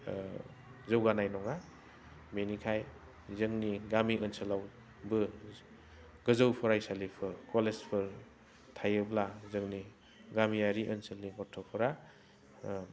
जौगानाय नङा बिनिखाय जोंनि गामि ओनसोलावबो गोजौ फराइसालिफोर कलेजफोर थायोब्ला जोंनि गामियारि ओनसोलनि गथ'फ्रा